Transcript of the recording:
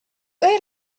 est